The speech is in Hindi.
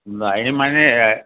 नहीं मैंने